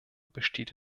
besteht